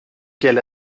quelle